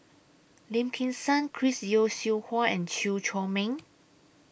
Lim Kim San Chris Yeo Siew Hua and Chew Chor Meng